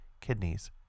kidneys